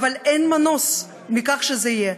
אבל אין מנוס מכך שזה יהיה,